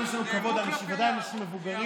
אנחנו, יש לנו כבוד לאיש, וגם לאנשים מבוגרים.